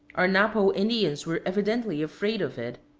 our napo indians were evidently afraid of it,